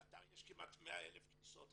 לאתר יש כמעט 100,000 כניסות,